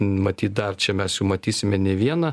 matyt dar čia mes jų matysime ne vieną